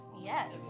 Yes